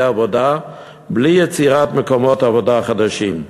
עבודה בלי יצירת מקומות עבודה חדשים.